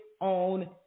own